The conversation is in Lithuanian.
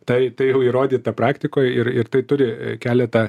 tai tai jau įrodyta praktikoj ir ir tai turi keletą